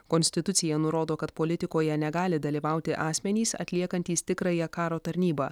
konstitucija nurodo kad politikoje negali dalyvauti asmenys atliekantys tikrąją karo tarnybą